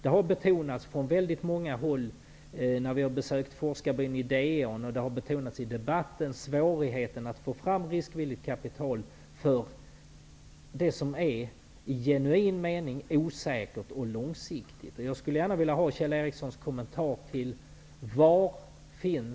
Svårigheten att få fram riskvilligt kapital för det som i genuin mening är osäkert och långsiktigt har från väldigt många håll betonats såväl vid besök i forskarbyn Ideon som i den här debatten. Jag skulle gärna vill få Kjell Ericssons kommentar till frågan: